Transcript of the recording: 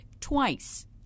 twice